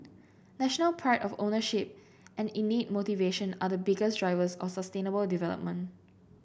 national pride of ownership and innate motivation are the biggest drivers of sustainable development